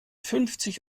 fünfzig